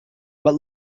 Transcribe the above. but